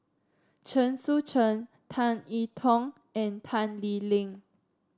Chen Sucheng Tan E Tong and Tan Lee Leng